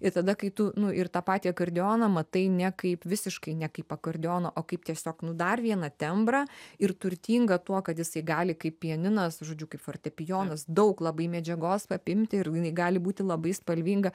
ir tada kai tu nu ir tą patį akordeoną matai ne kaip visiškai ne kaip akordeoną o kaip tiesiog nu dar vieną tembrą ir turtingą tuo kad jisai gali kaip pianinas žodžiu kaip fortepijonas daug labai medžiagos apimti ir jinai gali būti labai spalvinga